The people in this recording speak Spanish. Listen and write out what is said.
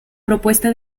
propuesta